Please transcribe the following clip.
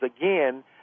again